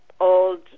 old